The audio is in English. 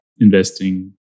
investing